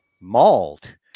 mauled